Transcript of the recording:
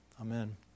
Amen